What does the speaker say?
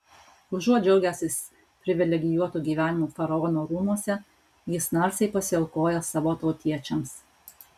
užuot džiaugęsis privilegijuotu gyvenimu faraono rūmuose jis narsiai pasiaukoja savo tautiečiams